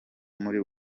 muri